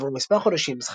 כעבור מספר חודשים,